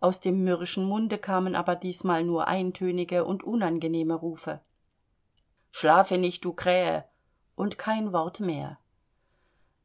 aus dem mürrischen munde kamen aber diesmal nur eintönige und unangenehme rufe schlafe nicht du krähe und kein wort mehr